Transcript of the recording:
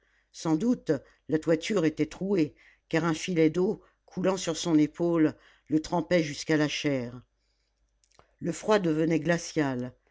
sans doute la toiture était trouée car un filet d'eau coulant sur son épaule le trempait jusqu'à la chair le froid devenait glacial